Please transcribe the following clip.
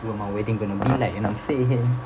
what my wedding going to be like you know what I'm saying